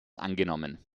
angenommen